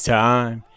time